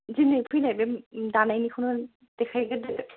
दिनै फैनाय बे दानायनिखौनो देखायग्रोदो